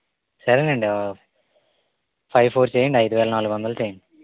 సరేనండి five four చేయండి ఐదు వేల నాలుగొందలు చేయండి